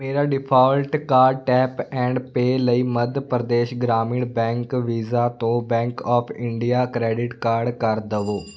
ਮੇਰਾ default card tap and pay ਲਈ Madhya Pradesh Gramin Bank Visa ਤੋਂ Bank of India credit card ਕਰ ਦਵੋ